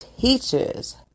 Teachers